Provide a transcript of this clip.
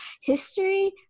history